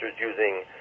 using